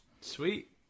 Sweet